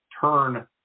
turn